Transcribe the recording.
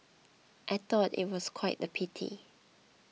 I thought it was quite a pity